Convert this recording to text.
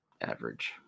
average